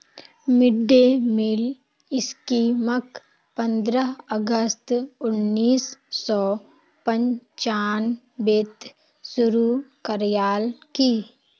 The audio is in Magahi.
मिड डे मील स्कीमक पंद्रह अगस्त उन्नीस सौ पंचानबेत शुरू करयाल की